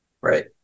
Right